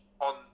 on